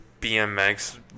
BMX